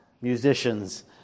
musicians